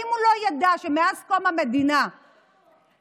האם הוא לא ידע שמאז קום המדינה שירותי